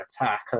attack